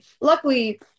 luckily